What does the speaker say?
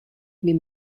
mais